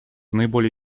наиболее